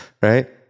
right